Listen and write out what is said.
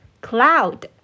Cloud